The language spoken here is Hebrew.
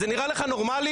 זה נראה לך נורמלי?